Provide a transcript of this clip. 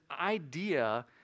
idea